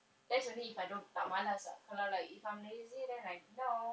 that's only if I don't tak malas ah kalau like if I'm lazy then like no